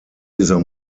dieser